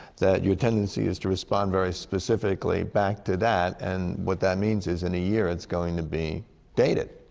that your tendency is to respond very specifically back to that. and what that means is, in a year it's going to be dated.